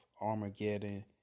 Armageddon